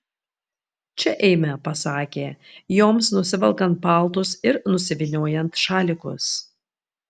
čia eime pasakė joms nusivelkant paltus ir nusivyniojant šalikus